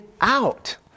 out